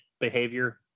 behavior